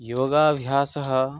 योगाभ्यासः